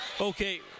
Okay